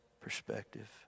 perspective